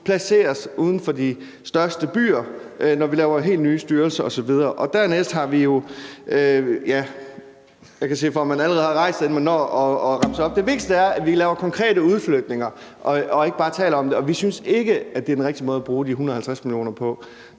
placeres uden for de største byer, når vi laver helt nye styrelser osv. Dernæst har vi jo ... ja, jeg kan se, at formanden allerede har rejst sig, inden jeg når at remse dem op. Men det vigtigste er, at vi laver konkrete udflytninger og ikke bare taler om det. Vi synes ikke, at det er den rigtige måde at bruge de 150 mio. kr.